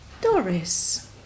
Doris